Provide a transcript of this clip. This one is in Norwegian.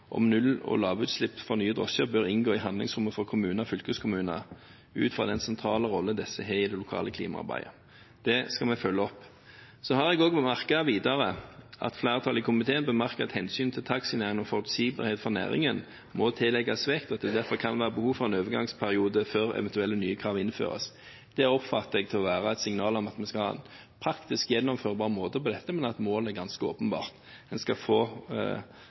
om null- og lavutslipp for nye drosjer bør inngå i handlingsrommet for kommuner og fylkeskommuner, ut fra den sentrale rolle disse har i det lokale klimaarbeidet. Det skal vi følge opp. Så har jeg også merket meg videre at flertallet i komiteen bemerker at hensynet til taxinæringen og forutsigbarhet for næringen må tillegges vekt, og at det derfor kan være behov for en overgangsperiode før eventuelle nye krav innføres. Det oppfatter jeg at er et signal om at vi skal ha en praktisk gjennomførbar måte for dette, men at målet er ganske åpenbart – man skal få